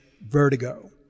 vertigo